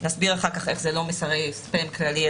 נסביר אחר כך איך זה לא מסרי ספאם כללי,